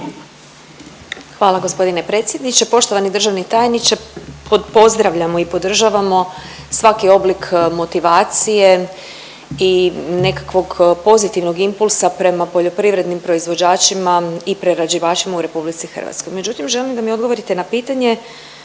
Hvala g. predsjedniče. Poštovani državni tajniče. Pozdravljamo i podržavamo svaki oblik motivacije i nekakvog pozitivnog impulsa prema poljoprivrednim proizvođačima i prerađivačima u RH.